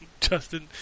Justin